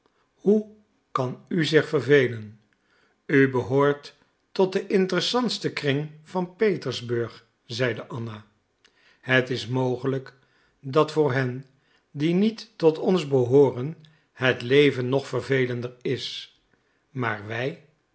hoe kan u zich vervelen u behoort tot den interessantsten kring van petersburg zeide anna het is mogelijk dat voor hen die niet tot ons behooren het leven nog vervelender is maar wij